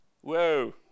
Whoa